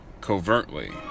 covertly